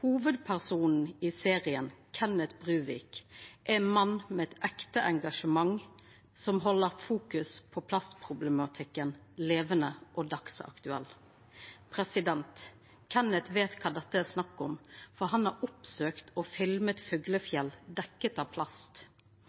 Hovudpersonen i serien, Kenneth Bruvik, er ein mann med eit ekte engasjement som held merksemda på plastproblematikken levande og dagsaktuell. Kenneth veit kva det er snakk om, for han har oppsøkt